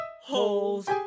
holes